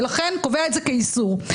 לכן קובע את זה כאיסור.